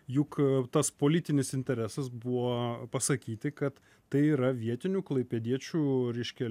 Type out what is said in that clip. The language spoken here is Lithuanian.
juk tas politinis interesas buvo pasakyti kad tai yra vietinių klaipėdiečių reiškia